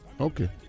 Okay